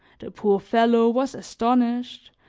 the poor fellow was astonished,